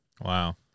Wow